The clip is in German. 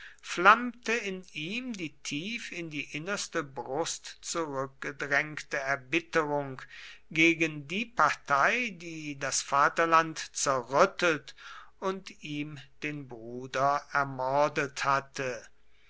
flammte in ihm die tief in die innerste brust zurückgedrängte erbitterung gegen die partei die das vaterland zerrüttet und ihm den bruder ermordet hatte